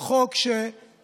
זה חוק שנוזם,